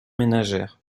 ménagères